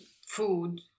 food